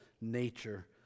nature